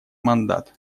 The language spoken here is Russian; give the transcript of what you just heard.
мандат